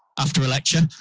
after a lecture.